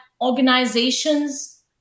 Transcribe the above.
organizations